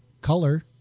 Color